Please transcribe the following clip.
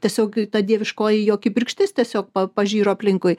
tiesiog ta dieviškoji jo kibirkštis tiesiog pažiro aplinkui